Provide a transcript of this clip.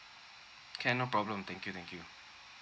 can no problem thank you thank you